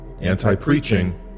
anti-preaching